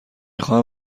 خواهم